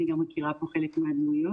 אני מכירה פה חלק מהדמויות.